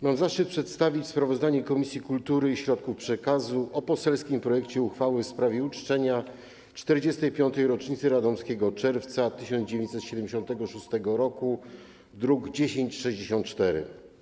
Mam zaszczyt przedstawić sprawozdanie Komisji Kultury i Środków Przekazu o poselskim projekcie uchwały w sprawie uczczenia 45. rocznicy radomskiego Czerwca 1976 r., druk nr 1064.